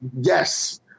Yes